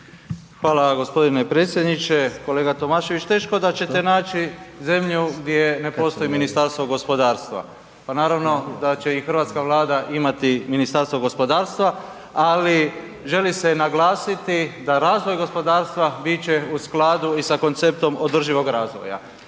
Hvala vam g. predsjedniče. Kolega Tomašević, teško da ćete naći zemlju gdje ne postoji ministarstvo gospodarstva, pa naravno da će i hrvatska Vlada imati Ministarstvo gospodarstva, ali želi se naglasiti da razvoj gospodarstva bit će u skladu i sa konceptom održivog razvoja.